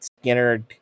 Skinner